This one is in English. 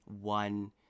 one